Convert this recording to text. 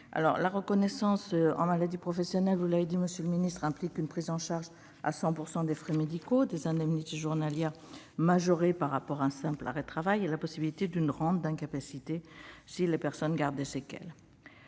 une reconnaissance en maladie professionnelle implique une prise en charge à 100 % des frais médicaux, des indemnités journalières majorées par rapport à un simple arrêt de travail et la possibilité d'une rente d'incapacité si les personnes gardent des séquelles.